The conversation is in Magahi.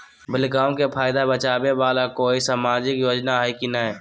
बालिकाओं के फ़ायदा पहुँचाबे वाला कोई सामाजिक योजना हइ की नय?